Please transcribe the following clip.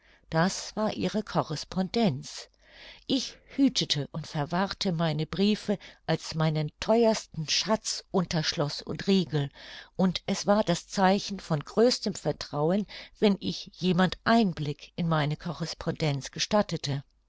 das war ihre correspondenz ich hütete und verwahrte meine briefe als meinen theuersten schatz unter schloß und riegel und es war das zeichen von größtem vertrauen wenn ich jemand einblick in meine correspondenz gestattete